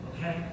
Okay